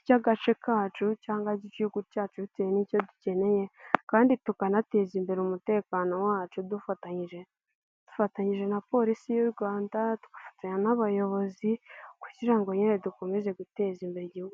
ry'agace kacu cyangwa ry'igihugu cyacu bitewe n'icyo dukeneye, kandi tukanateza imbere umutekano wacu dufatanyije dufatanyije na Polisi y'u Rwanda, twifatanya n'abayobozi, kugira nyine dukomeze guteza imbere igihugu.